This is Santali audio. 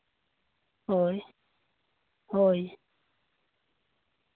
ᱦᱳᱭ ᱦᱳᱭ